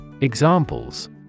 EXAMPLES